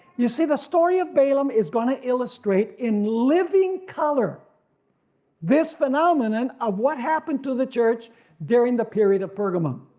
you see the story of balaam is going to illustrate in living color this phenomenon and of what happened to the church during the period of pergamum.